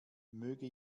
möge